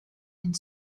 and